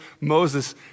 Moses